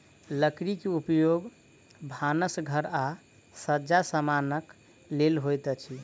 लकड़ी के उपयोग भानस घर आ सज्जा समानक लेल होइत अछि